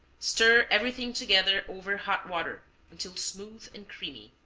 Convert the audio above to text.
stir everything together over hot water until smooth and creamy.